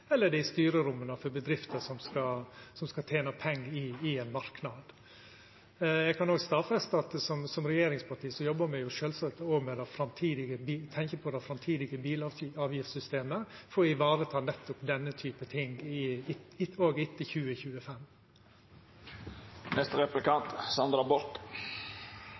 eller det er i styreromma for bedrifter som skal tena pengar i ein marknad. Eg kan òg stadfesta at som regjeringsparti tenkjer me sjølvsagt på det framtidige bilavgiftssystemet, for å vareta nettopp denne typen ting